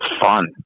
fun